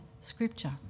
scripture